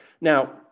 Now